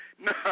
No